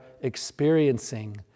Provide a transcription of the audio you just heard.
experiencing